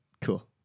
cool